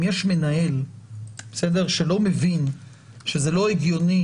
אם יש מנהל שלא מבין שזה לא הגיוני